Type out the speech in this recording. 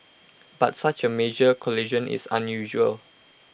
but such A major collision is unusual